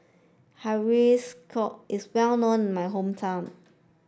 Hiyashi Chuka is well known in my hometown